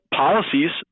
policies